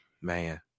man